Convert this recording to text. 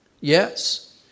yes